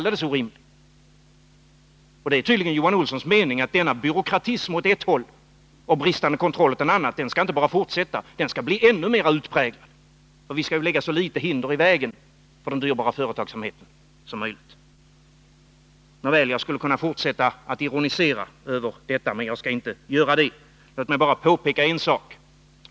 Det är tydligen Johan Olssons mening att denna byråkrati på en punkt och brist på kontroll på en annan inte bara skall fortsätta, utan den skall bli ännu mera utpräglad. Vi skall lägga så få hinder i vägen för den dyrbara företagsamheten som möjligt. Nåväl, jag skulle kunna fortsätta att ironisera över detta, men jag skall inte göra det. Låt mig bara påpeka en sak.